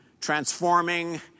transforming